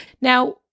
Now